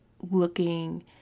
looking